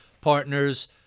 partners